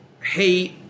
hate